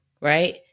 right